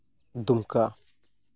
ᱫᱩᱢᱠᱟ